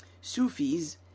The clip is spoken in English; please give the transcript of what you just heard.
sufis